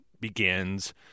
begins